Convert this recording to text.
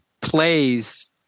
plays